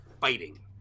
fighting